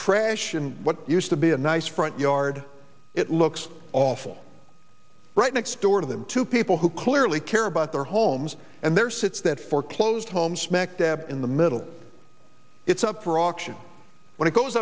trash in what used to be a nice front yard it looks awful right next door to them to people who clearly care about their homes and their sits that foreclosed home smack dab in the middle it's up for auction when it goes